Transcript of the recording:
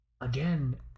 Again